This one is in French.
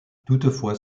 toutefois